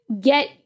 get